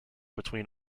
between